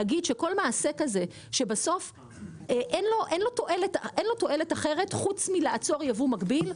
לכל מעשה כזה אין תועלת אחרת חוץ מאשר לעצור ייבוא מקביל,